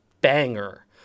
banger